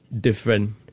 different